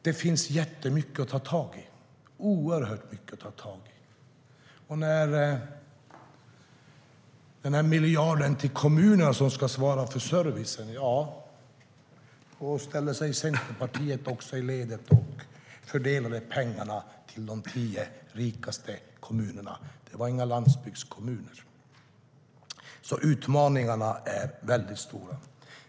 Det finns alltså jättemycket att ta tag i, oerhört mycket. Utmaningarna är alltså väldigt stora.